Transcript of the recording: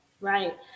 right